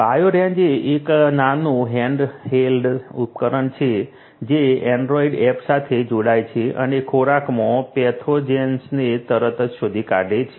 bio ranger એ એક નાનું હેન્ડહેલ્ડ ઉપકરણ છે જે એન્ડ્રોઇડ એપ સાથે જોડાય છે અને ખોરાકમાં પેથોજેન્સને તરત જ શોધી કાઢે છે